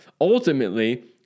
ultimately